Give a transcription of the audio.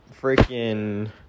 freaking